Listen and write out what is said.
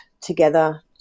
together